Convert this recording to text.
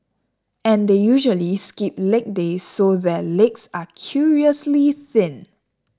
and they usually skip leg days so their legs are curiously thin